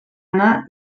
anar